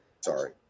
Sorry